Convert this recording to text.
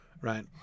right